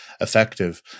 effective